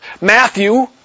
Matthew